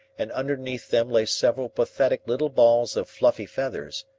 and underneath them lay several pathetic little balls of fluffy feathers,